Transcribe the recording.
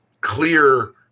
clear